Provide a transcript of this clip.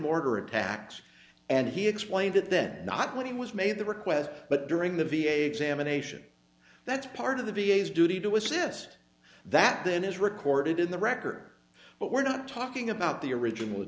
mortar attacks and he explained that then not what he was made the request but during the v a examination that's part of the v a s duty to assist that then is recorded in the record but we're not talking about the original